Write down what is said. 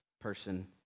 person